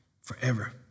forever